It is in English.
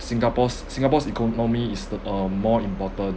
singapore's singapore's economy is the uh more important